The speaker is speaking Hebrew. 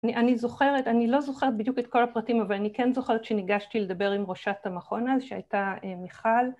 אני זוכרת, אני לא זוכרת בדיוק את כל הפרטים, אבל אני כן זוכרת שניגשתי לדבר עם ראשת המכון אז שהייתה מיכל